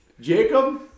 Jacob